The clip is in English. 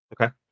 Okay